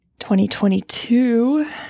2022